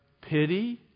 pity